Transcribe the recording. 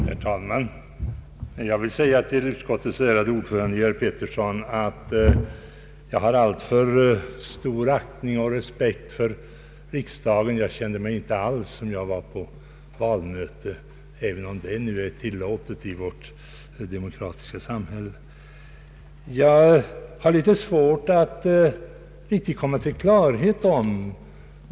Herr talman! Jag vill säga till utskottets ärade ordförande, herr Georg Pettersson, att jag har alltför stor aktning och respekt för riksdagen för att jag skulle känna mig som om jag var på valmöte, även om det väl är tillåtet i vårt demokratiska samhälle, och inte är något nedsättande, när de mötena hålls på rätt ställe.